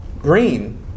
green